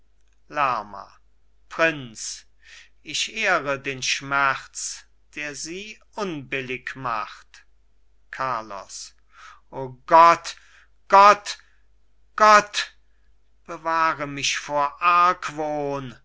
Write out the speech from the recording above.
lerma prinz ich ehre den schmerz der sie unbillig macht carlos o gott gott gott bewahre mich vor